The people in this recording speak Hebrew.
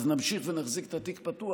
אז נמשיך ונחזיק את התיק פתוח,